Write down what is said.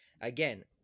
again